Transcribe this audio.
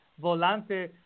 Volante